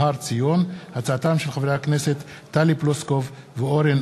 בהצעתם של חברי הכנסת מירב בן ארי,